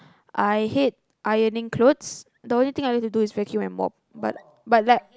I hate ironing clothes the only thing I like to do is vacuum and mop but but like